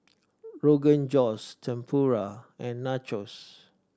Rogan Josh Tempura and Nachos